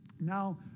Now